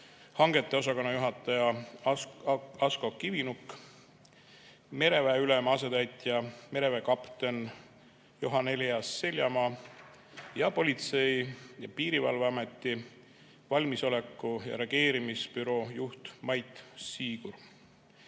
hangete osakonna juhataja Asko Kivinuk, mereväe ülema asetäitja mereväekapten Johan‑Elias Seljamaa ning Politsei- ja Piirivalveameti valmisoleku ja reageerimise büroo juht Mait